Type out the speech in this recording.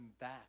back